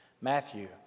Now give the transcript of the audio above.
Matthew